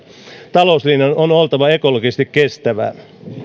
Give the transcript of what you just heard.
talouslinjan on on oltava ekologisesti kestävä